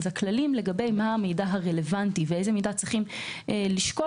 הכללים לגבי המידע הרלוונטי ואיזה מידע צריך לשקול,